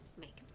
make